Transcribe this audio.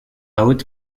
haute